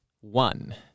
one